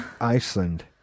Iceland